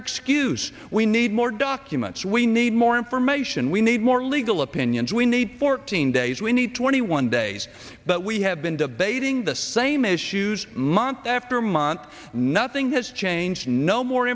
excuse we need more documents we need more information we need more legal opinions we need fourteen days we need twenty one days but we have been debating the same issues month after month nothing has changed no more